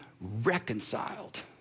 reconciled